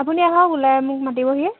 আপুনি আহক ওলাই মোক মাতিবহি